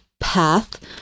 path